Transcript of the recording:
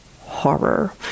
horror